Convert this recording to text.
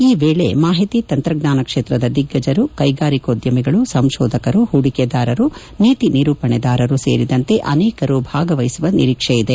ಈ ವೇಳೆ ಮಾಹಿತಿ ತಂತ್ರಜ್ಞಾನ ಕ್ಷೇತ್ರದ ದಿಗ್ಗಜರು ಕೈಗಾರಿಕೋಧ್ಯಮಿಗಳು ಸಂಶೋಧಕರು ಹೂಡಿಕೆದಾರರು ನೀತಿ ನಿರೂಪಣೆದಾರರು ಸೇರಿದಂತೆ ಅನೇಕರು ಭಾಗವಹಿಸುವ ನಿರೀಕ್ಷೆ ಇದೆ